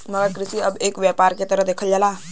मगर कृषि अब एक व्यापार के तरह देखल जाला